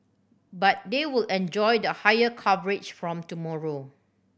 but they will enjoy the higher coverage from tomorrow